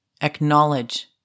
acknowledge